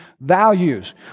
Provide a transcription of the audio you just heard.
values